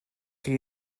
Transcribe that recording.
chi